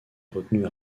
retenue